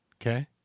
Okay